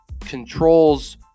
controls